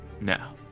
Now